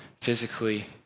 physically